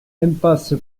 impasse